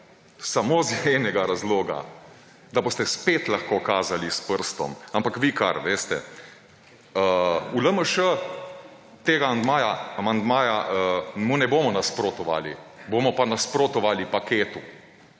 Samo iz enega razloga, da boste spet lahko kazali s prstom, ampak vi kar, veste, v LMŠ tega amandmaja mu ne bomo nasprotovali, bomo pa nasprotovali paketu,